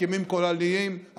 הסכמים כוללניים,